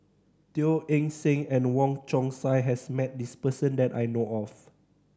Teo Eng Seng and Wong Chong Sai has met this person that I know of